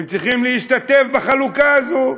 הם צריכים להשתתף בחלוקה הזאת: